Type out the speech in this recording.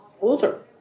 older